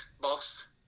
boss